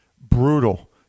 brutal